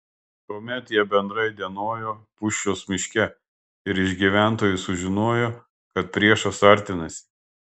tuomet jie bendrai dienojo pūščios miške ir iš gyventojų sužinojo kad priešas artinasi